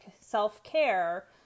self-care